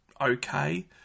okay